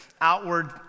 outward